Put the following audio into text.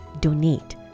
DONATE